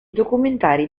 documentari